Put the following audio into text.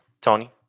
Tony